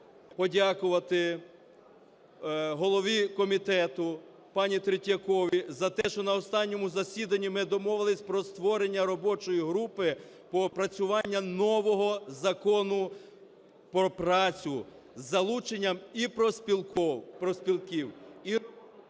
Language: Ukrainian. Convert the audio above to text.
подякувати голові комітету пані Третьяковій за те, що на останньому засіданні ми домовились про створення робочої групи по опрацюванню нового Закону про працю із залученням і профспілок,